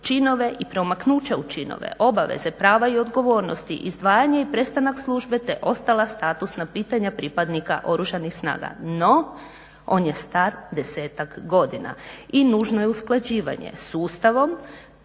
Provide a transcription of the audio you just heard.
činove i promaknuća u činove, obaveze, prava i odgovornosti, izdvajanje i prestanak službe te ostala statusna pitanja pripadnika Oružanih snaga. No, on je star desetak godina i nužno je usklađivanje s Ustavom,